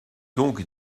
donc